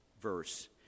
verse